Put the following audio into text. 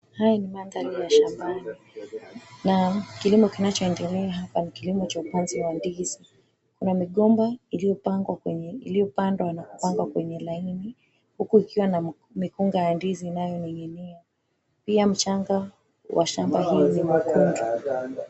Haya ni mandhari ya shambani na kilimo kinachoendelea ni kilimo cha upanzi wa ndizi. Kuna mgomba iliyopandwa na kupangwa kwenye laini huku ikiwa na mikunga wa ndizi inayoning'inia. Pia mchanga wa shamba hii ni nyekundu.